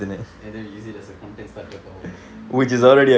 and then we use it as a content starter for our